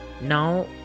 Now